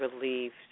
Relieved